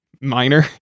minor